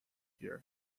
dear